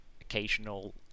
occasional